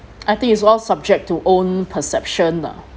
I think is all subject to own perception lah